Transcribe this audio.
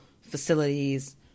facilities